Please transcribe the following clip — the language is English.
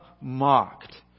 mocked